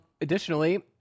Additionally